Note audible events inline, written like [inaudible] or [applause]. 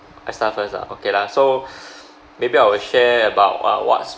I start first ah okay lah so [breath] maybe I will share about uh what's